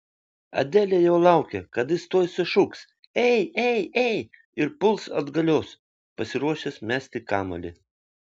adelė jau laukė kad jis tuoj sušuks ei ei ei ir puls atgalios pasiruošęs mesti kamuolį